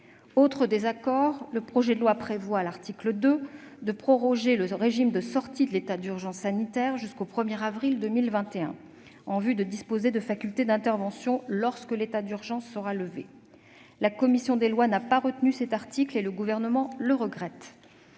Autre désaccord, le projet de loi prévoit, à l'article 2, de proroger le régime de sortie de l'état d'urgence sanitaire jusqu'au 1 avril 2021, en vue de disposer de facultés d'intervention lorsque l'état d'urgence sera levé. La commission des lois n'a pas retenu cet article et le Gouvernement le regrette.